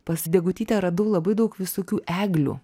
pas degutytę radau labai daug visokių eglių